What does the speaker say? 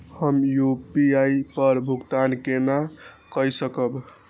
हम यू.पी.आई पर भुगतान केना कई सकब?